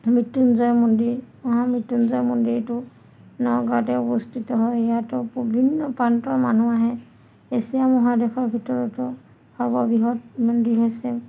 মৃত্যুঞ্জয় মন্দিৰ মহা মৃত্যুঞ্জয় মন্দিৰটো নগাঁৱতে অৱস্থিত হয় ইয়াতো ভিন্ন প্ৰান্তৰৰ মানুহ আহে এছিয়া মহাদেশৰ ভিতৰতো সৰ্ববৃহৎ মন্দিৰ হৈছে